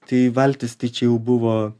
tai valtis tai čia jau buvo